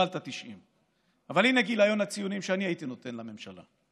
קיבלת 90. אבל הינה גיליון הציונים שאני הייתי נותן לממשלה: